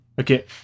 Okay